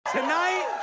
tonight,